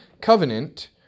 covenant